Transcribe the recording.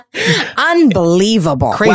Unbelievable